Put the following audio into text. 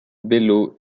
bello